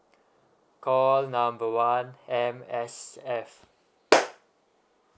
call number one M_S_F